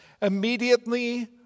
Immediately